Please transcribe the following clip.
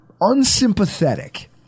unsympathetic